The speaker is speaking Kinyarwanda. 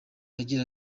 agira